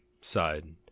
side